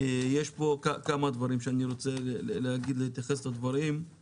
יש כמה דברים שאני רוצה להגיד: א',